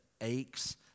aches